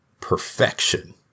perfection